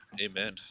Amen